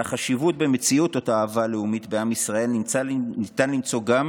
על החשיבות במציאת אותה אהבה לאומית בעם ישראל ניתן למצוא גם